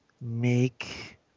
Make